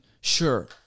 sure